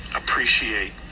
appreciate